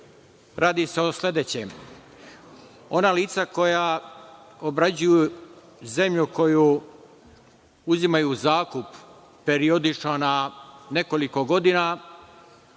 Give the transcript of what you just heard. radi se o sledećem. Ona lica koja obrađuju zemlju koju uzimaju u zakup periodično na nekoliko godina,